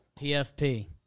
PFP